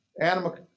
animal